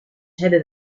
hebben